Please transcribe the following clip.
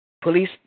Police